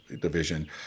division